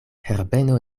herbeno